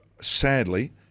Sadly